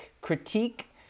critique